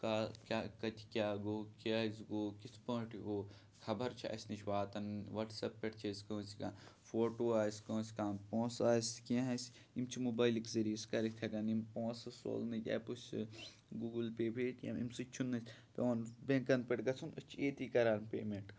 کا کیٛاہ کَتہِ کیٛاہ گوٚو کیٛازِ گوٚو کِتھ پٲٹھۍ گوٚو خبر چھَ اَسہِ نِش واتان وَٹسیپ پٮ۪ٹھ چھِ أسۍ کٲنٛسہِ کانٛہہ فوٹوٗ آسہِ کٲنٛسہِ کانٛہہ پونٛسہٕ آسہِ کینٛہہ آسہِ یِم چھِ موبایِلٕکۍ ذٔریعہِ أسۍ کٔرِتھ ہٮ۪کان یِم پونٛسہٕ سوزنٕکۍ ایپٕس تہٕ گوٗگٕل پے بیٚیہِ کینٛہہ اَمہِ سۭتۍ چھُنہٕ اَسہِ پٮ۪وان بینٛکَن پٮ۪ٹھ گژھُن أسۍ چھِ ییٚتی کَران پیمینٛٹ